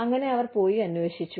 അങ്ങനെ അവർ പോയി അന്വേഷിച്ചു